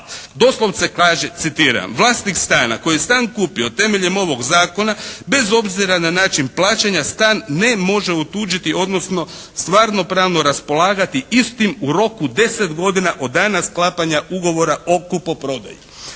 Doslovce kaže citiram: “Vlasnik stana koji stan kupi temeljem ovog zakona bez obzira na način plaćanja stan ne može otuđiti, odnosno stvarno-pravno raspolagati istim u roku 10 godina od dana sklapanja Ugovora o kupoprodaji.“